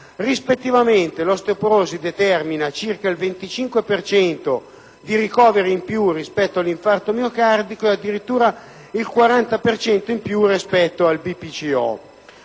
Rispettivamente l'osteoporosi determina circa il 25 per cento di ricoveri in più rispetto all'infarto miocardico e addirittura il 40 per cento in più rispetto alla BPCO.